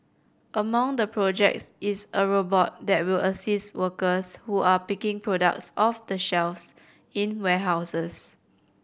among the projects is a robot that will assist workers who are picking products off the shelves in warehouses